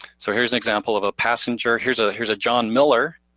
so here's an example of a passenger. here's ah here's a john miller,